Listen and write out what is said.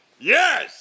Yes